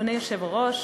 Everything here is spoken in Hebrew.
אדוני היושב-ראש,